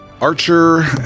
Archer